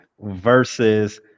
versus